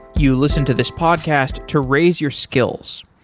you listen to this podcast to raise your skills.